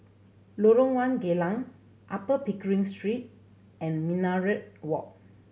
Lorong One Geylang Upper Pickering Street and Minaret Walk